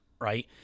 right